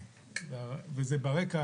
וזה ברקע,